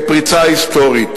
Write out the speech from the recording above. היא תושלם בזמן הקרוב.